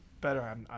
better